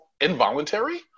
involuntary